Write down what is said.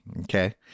Okay